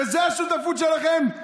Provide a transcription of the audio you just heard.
בזה השותפות שלכם.